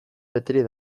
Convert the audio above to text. beterik